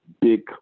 big